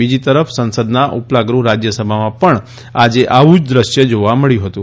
બીજી તરફ સંસદના ઉપલા ગૃહ રાજ્યસભામાં પણ આજે આવું જ દ્રશ્ય જોવા મળ્યું હતું